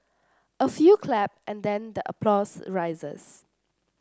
a few clap and then the applause rises